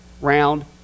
Round